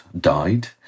died